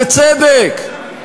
בצדק.